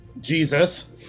Jesus